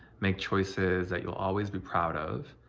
make choices that you'll always be proud of.